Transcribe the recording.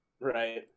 Right